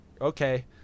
Okay